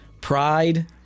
Pride